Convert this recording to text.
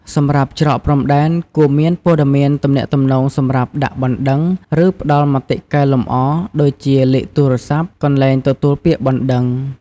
សម្រាប់ច្រកព្រំដែនគួរមានព័ត៌មានទំនាក់ទំនងសម្រាប់ដាក់បណ្តឹង ឬផ្តល់មតិកែលម្អ ដូចជាលេខទូរស័ព្ទ កន្លែងទទួលពាក្យបណ្តឹង។